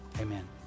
Amen